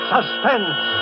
Suspense